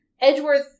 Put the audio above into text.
Edgeworth